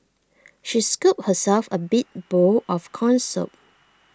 she scooped herself A big bowl of Corn Soup